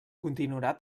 continuarà